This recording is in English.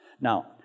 Now